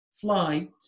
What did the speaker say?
flight